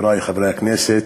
חברי חברי הכנסת,